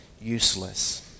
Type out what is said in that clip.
useless